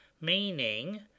meaning